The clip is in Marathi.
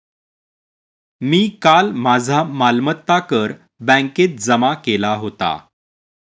मी काल माझा मालमत्ता कर बँकेत जमा केला होता